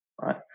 right